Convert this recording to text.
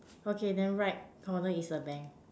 okay then right corner is a bank